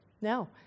No